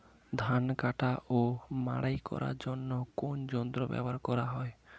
ধান কাটা ও মাড়াই করার জন্য কোন যন্ত্র ব্যবহার করা হয়?